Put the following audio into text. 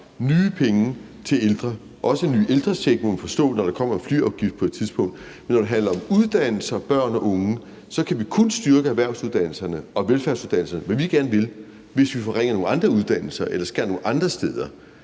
nye penge til ældre, også nye ældrecheck, må man forstå, når der kommer en flyafgift på et tidspunkt, men når det handler om uddannelser, børn og unge, kan vi kun styrke erhvervsuddannelserne og velfærdsuddannelserne – hvad vi gerne vil – hvis vi forringer nogle andre uddannelser eller skærer nogle andre steder.